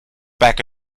back